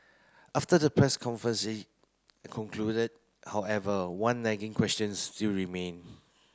after the press concluded however one nagging questions still remain